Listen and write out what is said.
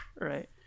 Right